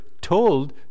told